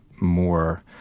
more